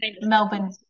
Melbourne